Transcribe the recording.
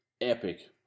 epic